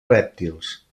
rèptils